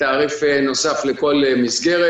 נוסף לכל מסגרת.